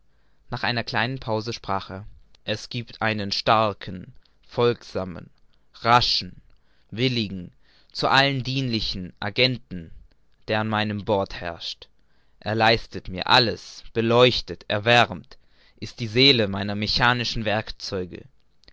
nach einer kleinen pause sprach er es giebt einen starken folgsamen raschen willigen zu allen dienlichen agenten der an meinem bord herrscht er leistet mir alles beleuchtet erwärmt ist die seele meiner